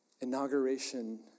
inauguration